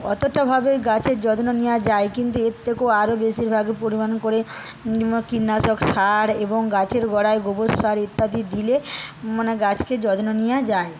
অতটা ভাবে গাছের যত্ন নেওয়া যায় কিন্তু এর থেকেও আরো বেশি ভাবে পরিমাণ করে কীটনাশক সার এবং গাছের গোড়ায় গোবর সার ইত্যাদি দিলে মানে গাছকে যত্ন নেওয়া যায়